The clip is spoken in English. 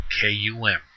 K-U-M